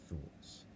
thoughts